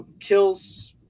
Kills